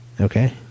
Okay